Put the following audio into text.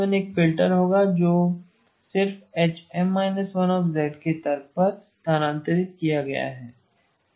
HM−1 एक फिल्टर होगा जो सिर्फ HM−1 के तर्क पर स्थानांतरित किया गया है